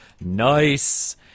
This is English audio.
Nice